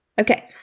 Okay